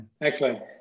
Excellent